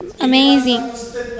amazing